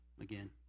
again